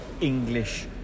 English